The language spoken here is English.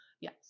Yes